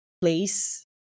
place